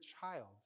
child